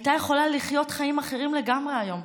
הייתה יכולה לחיות חיים אחרים לגמרי היום,